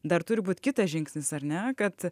dar turi būt kitas žingsnis ar ne kad